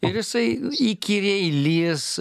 ir jisai įkyriai lįs